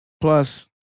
Plus